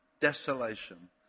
desolation